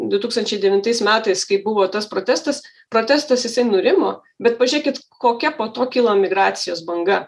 du tūkstančiai devintais metais kai buvo tas protestas protestas jisai nurimo bet pažiūrėkit kokia po to kilo emigracijos banga